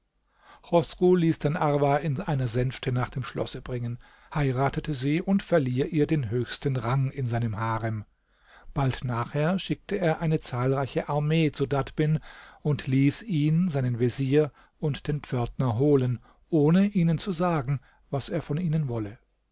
chosru ließ dann arwa in einer sänfte nach dem schlosse bringen heiratete sie und verlieh ihr den höchsten rang in seinem harem bald nachher schickte er eine zahlreiche armee zu dadbin und ließ ihn seinen vezier und den pförtner holen ohne ihnen zu sagen was er von ihnen wolle